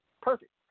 perfect